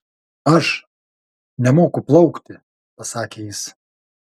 aš nemoku plaukti pasakė jis